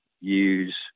use